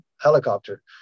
helicopter